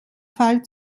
fall